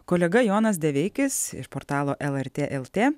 kolega jonas deveikis ir portalo lrt lt